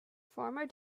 former